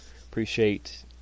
Appreciate